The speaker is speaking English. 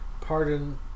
pardon